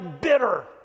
bitter